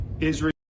Israel